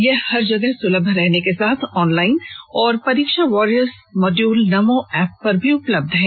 यह हर जगह सुलभ रहने के साथ ऑनलाइन और परीक्षा वारियर्स मॉड्यूल नमो ऐप पर भी उपलब्ध है